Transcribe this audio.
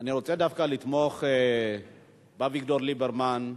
אני רוצה דווקא לתמוך באביגדור ליברמן,